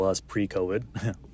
pre-COVID